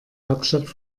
hauptstadt